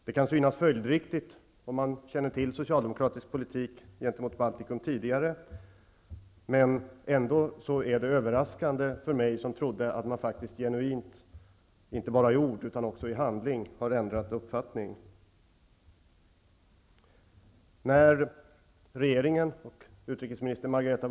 Det kan synas följdriktigt om man känner till socialdemokratisk politik gentemot Baltikum sedan tidigare, men det är ändå överraskande för mig som trodde att man inte bara i ord, utan också i handling, har ändrat uppfattning.